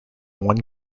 one